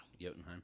Jotunheim